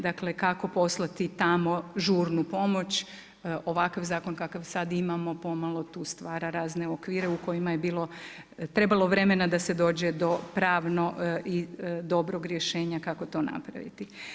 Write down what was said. Dakle, kako poslati tamo žurnu pomoć Ovakav zakon kakav sad imamo pomalo tu stvara razne okvire u kojima je bilo, trebalo vremena da se dođe do pravno dobrog rješenja kako to napraviti.